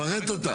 פרט אותה.